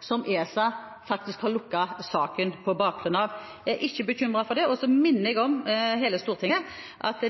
som ESA faktisk har lukket saken på bakgrunn av. Jeg er ikke bekymret for det. Og jeg minner hele Stortinget om at